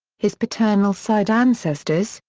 his paternal side ancestors,